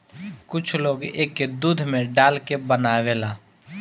कुछ लोग एके दूध में डाल के बनावेला